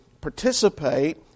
participate